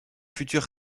futur